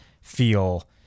feel